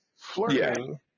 flirting